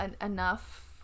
enough